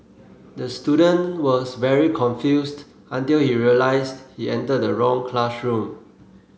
the student was very confused until he realised he entered the wrong classroom